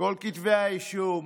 כל כתבי האישום